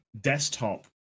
desktop